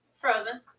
Frozen